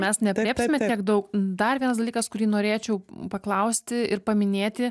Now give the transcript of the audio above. mes neaprėpsime tiek daug dar vienas dalykas kurį norėčiau paklausti ir paminėti